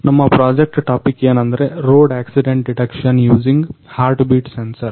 ನಮ್ಮ project topic ಏನಂದ್ರೆ road accident detection using heartbeat sensor